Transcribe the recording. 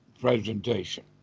presentation